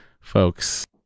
folks